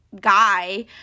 guy